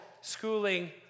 schooling